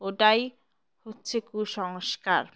ওটাই হচ্ছে কুসংস্কার